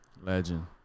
Legend